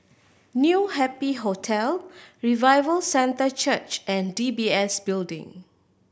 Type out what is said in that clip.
New Happy Hotel Revival Centre Church and D B S Building